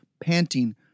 panting